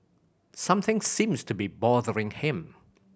something seems to be bothering him